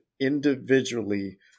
individually